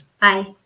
Bye